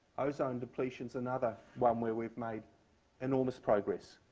ozone depletion's another one where we've made enormous progress.